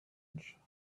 edge